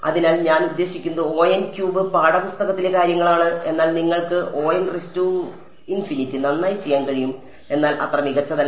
അതിനാൽ ഞാൻ ഉദ്ദേശിക്കുന്നത് പാഠപുസ്തകത്തിലെ കാര്യങ്ങളാണ് എന്നാൽ നിങ്ങൾക്ക് നന്നായി ചെയ്യാൻ കഴിയും എന്നാൽ അത്ര മികച്ചതല്ല